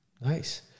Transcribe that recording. Nice